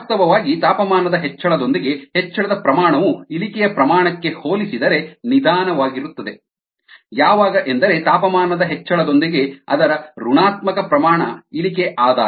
ವಾಸ್ತವವಾಗಿ ತಾಪಮಾನದ ಹೆಚ್ಚಳದೊಂದಿಗೆ ಹೆಚ್ಚಳದ ಪ್ರಮಾಣವು ಇಳಿಕೆಯ ಪ್ರಮಾಣಕ್ಕೆ ಹೋಲಿಸಿದರೆ ನಿಧಾನವಾಗಿರುತ್ತದೆ ಯಾವಾಗ ಎಂದರೆ ತಾಪಮಾನದ ಹೆಚ್ಚಳದೊಂದಿಗೆ ಅದರ ಋಣಾತ್ಮಕ ಪ್ರಮಾಣ ಇಳಿಕೆ ಆದಾಗ